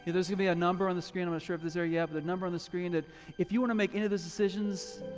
there's gonna be a number on the screen. i'm sort of the so yeah the number on the screen that if you wanna make any of those decisions,